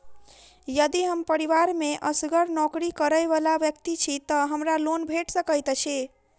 यदि हम परिवार मे असगर नौकरी करै वला व्यक्ति छी तऽ हमरा लोन भेट सकैत अछि?